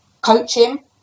coaching